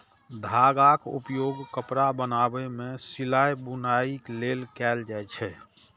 धागाक उपयोग कपड़ा बनाबै मे सिलाइ, बुनाइ लेल कैल जाए छै